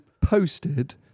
posted